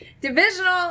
Divisional